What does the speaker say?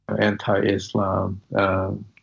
anti-Islam